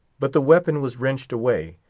but the weapon was wrenched away,